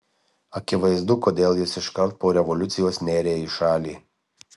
akivaizdu kodėl jis iškart po revoliucijos nėrė į šalį